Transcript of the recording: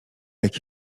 jak